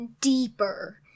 deeper